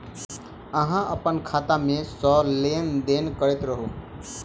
अहाँ अप्पन खाता मे सँ लेन देन करैत रहू?